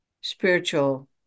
spiritual